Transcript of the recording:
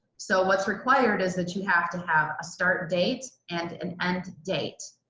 so what's required is that you have to have a start date and and end date.